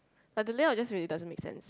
like the layout just really doesn't make sense